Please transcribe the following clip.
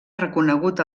reconegut